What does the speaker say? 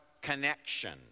connection